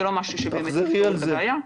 זה לא משהו שבאמת פותר את הבעיה.